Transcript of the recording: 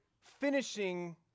finishing